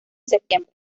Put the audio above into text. septiembre